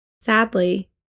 Sadly